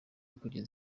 kugeza